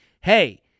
Hey